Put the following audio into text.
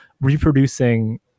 reproducing